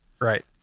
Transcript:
Right